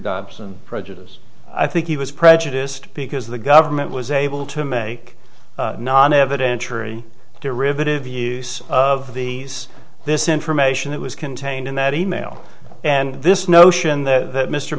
dobson prejudice i think he was prejudiced because the government was able to make non evidentiary derivative use of the us this information that was contained in that e mail and this notion that